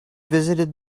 visited